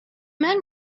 men